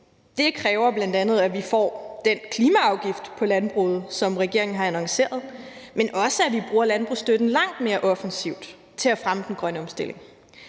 Det kræver bl.a., at vi får den klimaafgift på landbruget, som regeringen har annonceret, men også, at vi bruger landbrugsstøtten langt mere offensivt til at fremme den grønne omstilling.